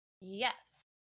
Yes